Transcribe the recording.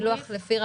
פילוח לפי מגזרים,